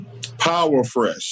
Powerfresh